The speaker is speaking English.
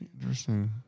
Interesting